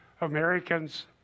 Americans